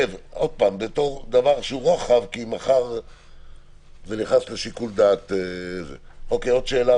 בתור משהו רוחבי כי מחר זה נכנס לשיקול דעת -- עוד שאלה?